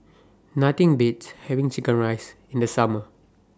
Nothing Beats having Chicken Rice in The Summer